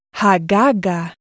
hagaga